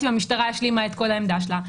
אם המשטרה השלימה את כל העמדה שלה.